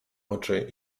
oczy